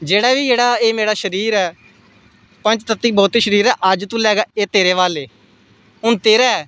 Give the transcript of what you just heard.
जेह्ड़ा बी मेरा एह् शरीर ऐ पंच तत्व भौतिक शरीर ऐ अज्ज तूं तेरे हवाले हून तेरे